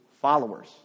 followers